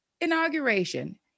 inauguration